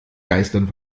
geistern